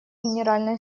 генеральной